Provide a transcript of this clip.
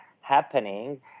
happening